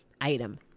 item